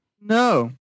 No